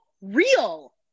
real